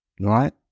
right